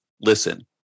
listen